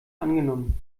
angenommen